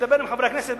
שידבר עם חברי הכנסת.